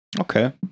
Okay